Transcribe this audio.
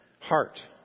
heart